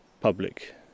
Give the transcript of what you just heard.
public